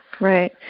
right